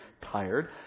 tired